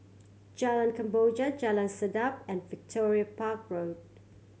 Jalan Kemboja Jalan Sedap and Victoria Park Road